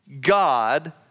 God